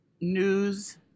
News